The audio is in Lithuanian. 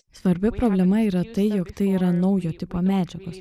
svarbi problema yra tai jog tai yra naujo tipo medžiagos